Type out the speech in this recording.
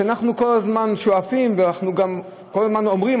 שאנחנו כל הזמן שואפים וכל הזמן אומרים,